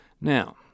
Now